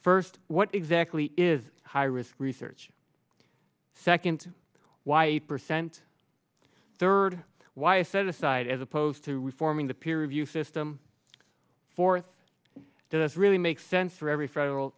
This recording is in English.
first what exactly is high risk research second why a percent third why a set aside as opposed to reforming the peer review system fourth it doesn't really make sense for every federal